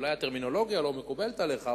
אולי הטרמינולוגיה לא מקובלת עליך,